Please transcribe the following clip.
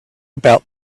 about